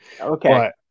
Okay